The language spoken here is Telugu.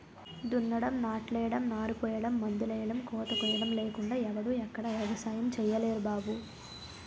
దున్నడం, నాట్లెయ్యడం, నారుపొయ్యడం, మందులెయ్యడం, కోతకొయ్యడం లేకుండా ఎవడూ ఎక్కడా ఎగసాయం సెయ్యలేరు బాబూ